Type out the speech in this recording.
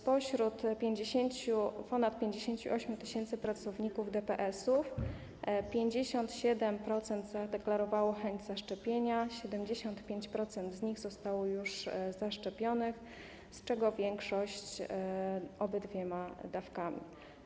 Spośród ponad 58 tys. pracowników DPS-ów 57% zadeklarowało chęć zaszczepienia, 75% z nich zostało już zaszczepionych, z czego większość obydwiema dawkami.